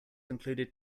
included